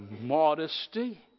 modesty